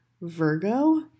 Virgo